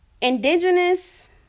indigenous